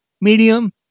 medium